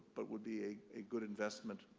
but would be a a good investment,